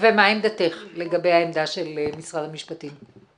מה עמדתך לגבי העמדה של משרד המשפטים?